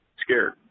Scared